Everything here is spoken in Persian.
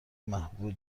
محبوب